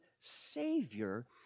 Savior